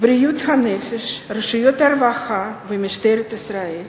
בריאות הנפש, רשויות הרווחה ומשטרת ישראל.